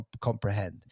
comprehend